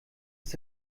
ist